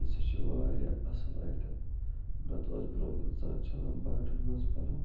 یہِ ہسا چھِ وارِیاہ اَصٕل ایٹم نَہ تہٕ اوس برٛۄنٛہہ اِنسان چھَلان باٹٮ۪ن منٛز پَلو